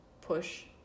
push